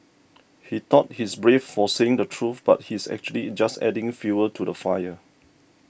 he thought he's brave for saying the truth but he's actually just adding fuel to the fire